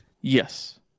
Yes